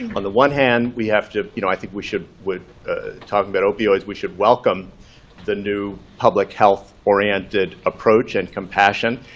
on the one hand, we have to you know i think we should in talking about opioids, we should welcome the new public health oriented approach and compassion,